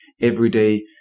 everyday